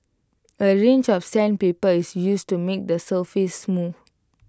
A range of sandpaper is used to make the surface smooth